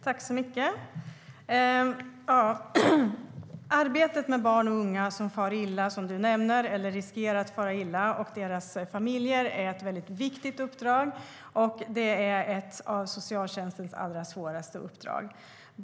Fru talman! Arbetet med barn och unga som far illa eller riskerar att fara illa, samt deras familjer, är ett väldigt viktigt uppdrag. Det är också ett av socialtjänstens allra svåraste uppdrag.